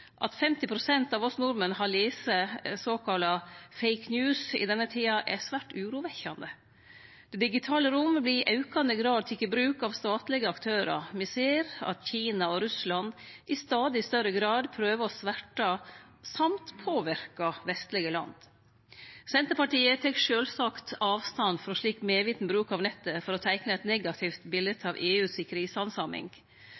At 50 pst. av oss nordmenn har lese såkalla «fake news» i denne tida, er svært urovekkjande. Det digitale rommet vert i aukande grad teke i bruk av statlege aktørar. Me ser at Kina og Russland i stadig større grad prøver å sverte og påverke vestlege land. Senterpartiet tek sjølvsagt avstand frå slik medviten bruk av nettet til å teikne eit negativt